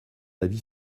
avis